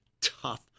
tough